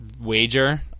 wager